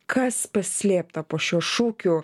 kas paslėpta po šiuo šūkiu